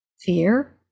Fear